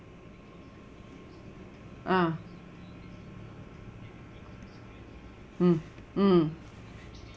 ah hmm mm